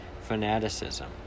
fanaticism